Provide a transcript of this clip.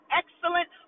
excellent